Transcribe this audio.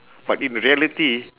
but in reality